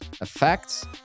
effects